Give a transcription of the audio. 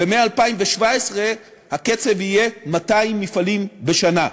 ומ-2017 הקצב יהיה 200 מפעלים בשנה.